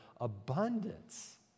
abundance